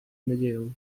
nadzieją